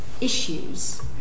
issues